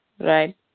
right